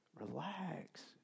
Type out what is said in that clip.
relax